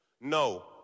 No